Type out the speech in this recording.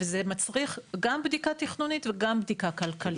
וזה מצריך גם בדיקה תכנונית, וגם בדיקה כלכלית.